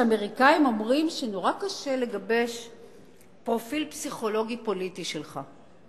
שהאמריקנים אומרים שנורא קשה לגבש פרופיל פסיכולוגי פוליטי שלך.